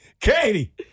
Katie